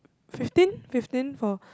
fifteen fifteen for